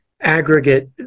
aggregate